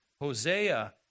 Hosea